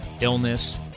illness